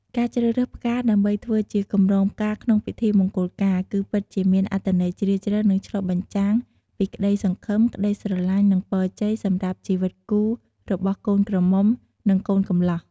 ការជ្រើសរើសផ្កាដើម្បីធ្វើជាកម្រងផ្កាក្នុងពិធីមង្គលការ គឺពិតជាមានអត្ថន័យជ្រាលជ្រៅ និងឆ្លុះបញ្ចាំងពីក្តីសង្ឃឹម ក្តីស្រឡាញ់ និងពរជ័យសម្រាប់ជីវិតគូរបស់កូនក្រមុំ និងកូនកម្លោះ។